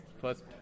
first